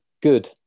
good